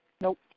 Nope